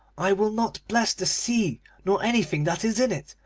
i will not bless the sea nor anything that is in it.